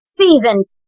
seasoned